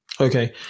Okay